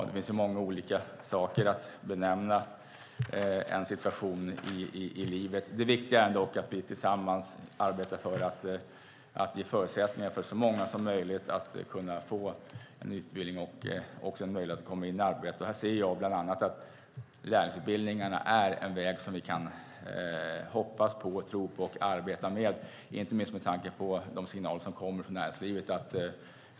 Fru talman! Det finns många sätt att benämna saker och ting på. Det viktiga är att vi tillsammans arbetar för att ge förutsättningar för så många som möjligt att få en utbildning och möjlighet att komma i arbete. Jag anser att bland annat lärlingsutbildningarna är en väg som vi kan hoppas på, tro på och arbeta med, inte minst med tanke på de signaler som kommer från näringslivet.